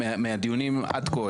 מהדיונים עד כה,